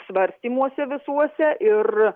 svarstymuose visuose ir